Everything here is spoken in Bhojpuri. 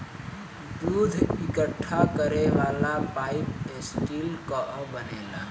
दूध इकट्ठा करे वाला पाइप स्टील कअ बनेला